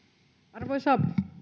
arvoisa